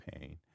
pain